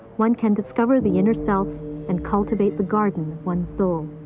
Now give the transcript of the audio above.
one can discover the inner self and cultivate the garden of one's soul.